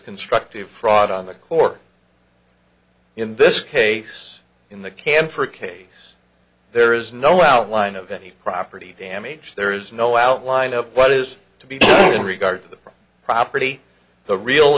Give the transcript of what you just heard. constructive fraud on the court in this case in the camper case there is no outline of any property damage there is no outline of what is to be in regard to the property the real